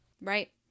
Right